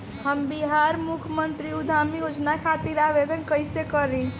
हम बिहार मुख्यमंत्री उद्यमी योजना खातिर आवेदन कईसे करी?